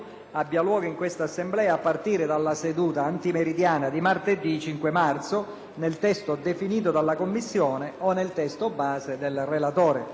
abbia luogo in Assemblea a partire dalla seduta antimeridiana di giovedì 5 marzo, nel testo definito dalla Commissione o nel testo base del relatore.